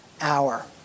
hour